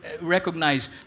recognize